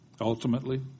ultimately